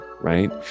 right